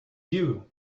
you